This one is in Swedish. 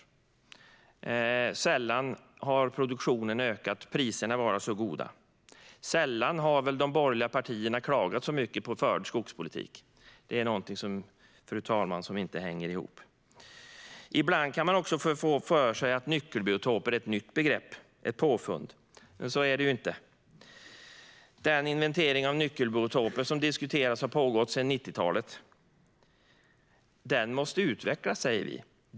Sällan har produktionen ökat så mycket som nu och priserna varit så goda. Sällan har de borgerliga partierna klagat så mycket som nu på den förda skogspolitiken. Det är någonting som inte hänger ihop, fru talman. Ibland kan man få för sig att nyckelbiotoper är ett nytt begrepp, ett påfund, men så är det inte. Den inventering av nyckelbiotoper som diskuterats har pågått sedan 90-talet. Den måste utvecklas säger vi.